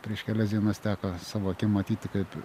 prieš kelias dienas teko savo akim matyti kaip